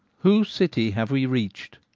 whose city have we reached?